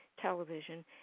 television